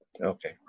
Okay